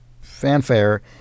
fanfare